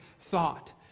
thought